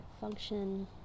function